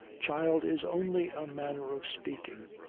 child is only a manner of speaking.